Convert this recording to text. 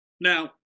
Now